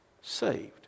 saved